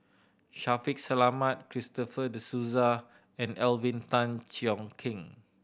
Shaffiq Selamat Christopher De Souza and Alvin Tan Cheong Kheng